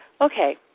okay